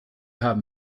haben